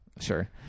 sure